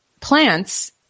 plants